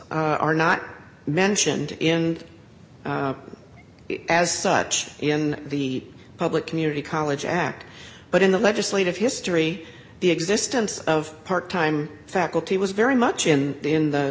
s are not mentioned in as such in the public community college act but in the legislative history the existence of part time faculty was very much in the in the